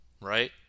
right